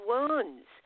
Wounds